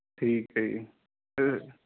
ਠੀਕ ਹੈ ਜੀ